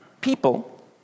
people